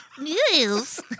news